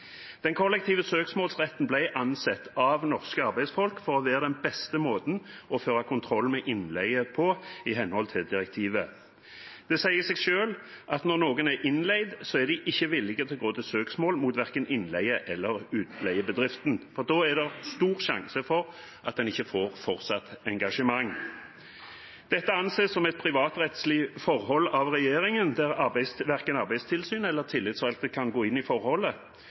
Den kollektive søksmålsretten ble av norske arbeidsfolk ansett å være den beste måten å føre kontroll med innleie på, i henhold til direktivet. Det sier seg selv at når noen er innleid, er de ikke villig til å gå til søksmål mot verken innleie- eller utleiebedriften, for da er det stor sjanse for at en ikke får fortsatt engasjement. Dette anses som et privatrettslig forhold av regjeringen, der verken Arbeidstilsynet eller tillitsvalgte kan gå inn i forholdet.